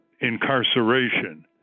incarceration